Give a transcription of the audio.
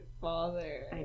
father